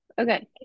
Okay